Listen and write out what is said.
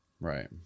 right